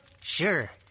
Sure